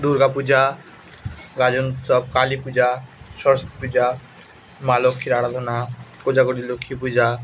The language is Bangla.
দুর্গা পূজা গাজন উৎসব কালী পূজা সরস্বতী পূজা মা লক্ষ্মীর আরাধনা কোজাগরী লক্ষ্মী পূজা